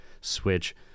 switch